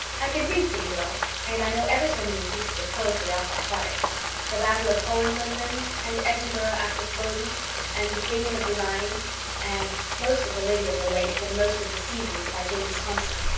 i can read pretty well and i know ever so many pieces of poetry off by heart the battle of hohenlinden and edinburgh after flodden and bingen of the rhine and most of the lady of the lake and most of the seasons by james thompson.